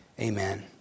Amen